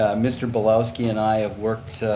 ah mr. belowski and i have worked